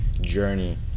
journey